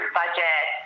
budget